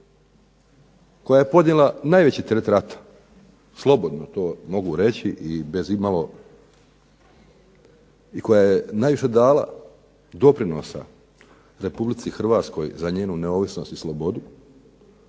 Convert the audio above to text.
koja je podnijela najveći teret rata, slobodno to mogu reći i koja je najviše dala doprinosa Republici Hrvatskoj za njenu neovisnost i slobodu,